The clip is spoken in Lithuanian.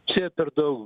čia per daug